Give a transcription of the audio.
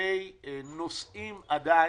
הרבה נוסעים עדיין,